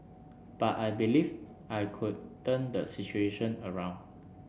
but I believed I could turn the situation around